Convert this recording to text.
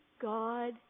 God